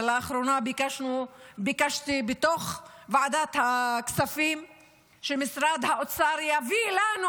ולאחרונה ביקשתי בוועדת הכספים שמשרד האוצר יראה לנו